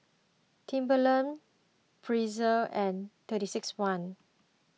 Timberland Breezer and thirty six one